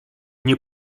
nie